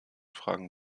fragen